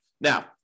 Now